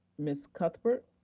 ms. cuthbert.